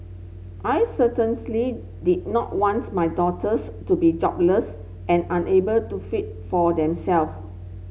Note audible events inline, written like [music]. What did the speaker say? I [unintelligible] did not wants my daughters to be jobless and unable to feed for themselves